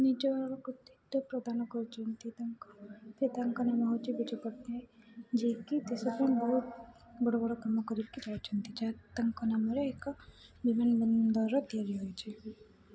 ନିଜର କୃତିତ୍ଵ ପ୍ରଦାନ କରିଛନ୍ତି ତାଙ୍କ ସେ ତାଙ୍କ ନାମ ହେଉଛି ବିଜୁ ପଟ୍ଟନାୟକ ଯିଏକି ଦେଶ ପାଇଁ ବହୁତ ବଡ଼ ବଡ଼ କାମ କରିକି ଯାଇଛନ୍ତି ଯାହା ତାଙ୍କ ନାମରେ ଏକ ବିମାନ ବନ୍ଦର ତିଆରି ହୋଇଛି